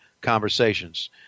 conversations